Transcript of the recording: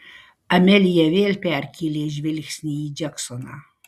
amelija vėl perkėlė žvilgsnį į džeksoną